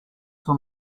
for